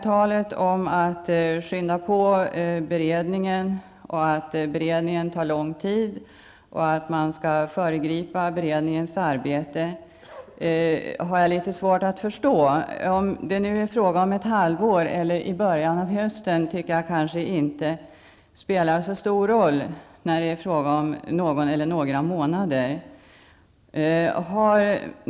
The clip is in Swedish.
Talet om att beredningen tar lång tid och att man bör föregripa beredningens arbete har jag litet svårt att förstå. Jag tycker inte att det spelar så stor roll om det är fråga om ett halvår eller början av hösten, om det rör sig om någon månad eller några månader.